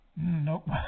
Nope